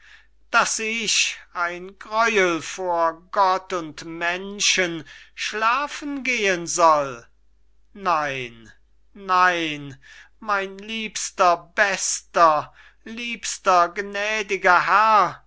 daß ich ein greuel vor gott und menschen schlafen gehen soll nein nein mein liebster bester liebster gnädiger herr